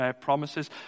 promises